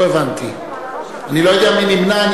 אני לא יודע מי נמנע.